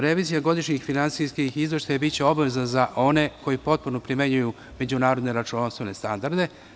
Revizija godišnjih finansijskih izveštaja biće obaveza za one koji potpuno primenjuju međunarodne računovodstvene standarde.